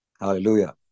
Hallelujah